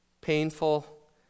painful